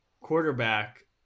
Quarterback